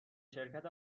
شرکت